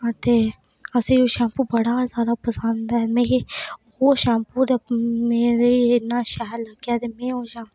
अते असें ओह् शैम्पू बड़ा जैदा पसंद आया मिगी ओह् शैम्पू मी इन्ना शैल लग्गेआ कि मी ओह् शैम्पू